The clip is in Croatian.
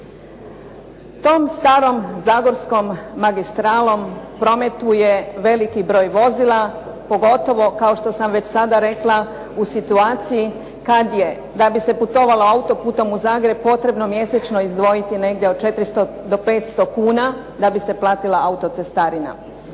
Tom starom zagorskom magistralom prometuje veliki broj vozila, pogotovo kao što sam već sada rekla u situaciji kad je, da bi se putovalo autoputom u Zagreb potrebno mjesečno izdvojiti negdje od 400 do 500 kuna da bi se platila autocestarina.